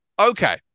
Okay